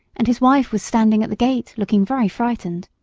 and his wife was standing at the gate, looking very frightened.